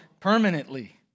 Permanently